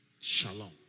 Shalom